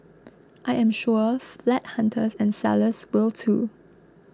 I am sure flat hunters and sellers will too